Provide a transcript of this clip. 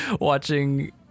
Watching